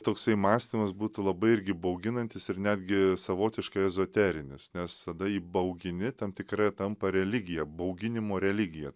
toksai mąstymas būtų labai irgi bauginantis ir netgi savotiškai ezoterinis nes tada įbaugini tam tikrą tampa religija bauginimo religija